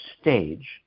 stage